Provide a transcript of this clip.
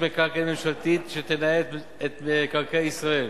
מקרקעין ממשלתית שתנהל את מקרקעי ישראל.